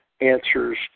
answers